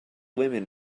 women